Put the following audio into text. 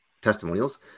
testimonials